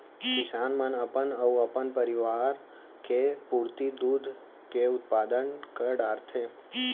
किसान मन अपन अउ अपन परवार के पुरती दूद के उत्पादन कर डारथें